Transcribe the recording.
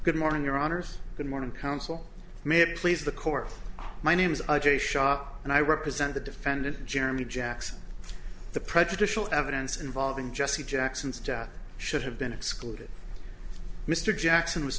good morning your honor good morning counsel may please the court my name is r j shop and i represent the defendant jeremy jackson the prejudicial evidence involving jesse jackson's death should have been excluded mr jackson was